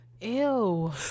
ew